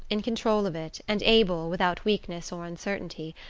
in control of it, and able, without weakness or uncertainty,